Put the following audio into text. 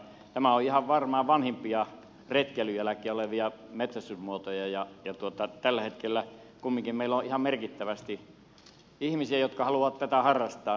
tämä on ihan varmaan vanhimpia retkeilyn jälkeen virkistysmuotoja ja tällä hetkellä kumminkin meillä on ihan merkittävästi ihmisiä jotka haluavat tätä harrastaa